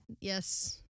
Yes